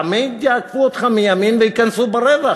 תמיד יעקפו אותך מימין וייכנסו ברווח.